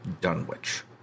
Dunwich